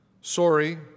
Sorry